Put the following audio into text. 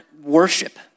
worship